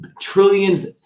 trillions